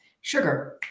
sugar